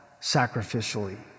sacrificially